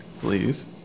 please